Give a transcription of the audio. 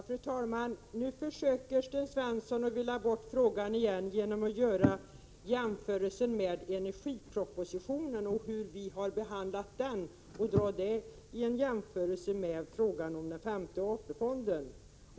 Fru talman! Nu försöker Sten Svensson villa bort frågan igen genom att tala om energipropositionen och hur vi har behandlat den och jämföra detta med frågan om den femte AP-fonden.